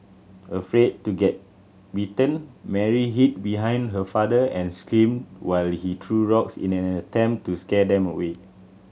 afraid to getting bitten Mary hid behind her father and screamed while he threw rocks in an attempt to scare them away